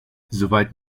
soweit